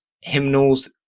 hymnals